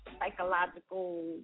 psychological